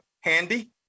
Handy